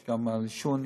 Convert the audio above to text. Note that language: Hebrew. יש גם על עישון,